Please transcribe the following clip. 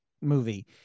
movie